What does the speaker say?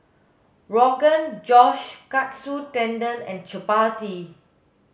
Rogan Josh Katsu Tendon and Chapati